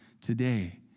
today